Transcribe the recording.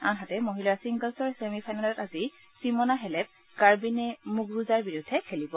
আনহাতে মহিলাৰ ছিংগল্ছৰ ছেমি ফাইনেলত আজি ছিমনা হেলেপে গাৰ্বিনে মুণুৰুজাৰ বিৰুদ্ধে খেলিব